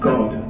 God